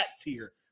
tier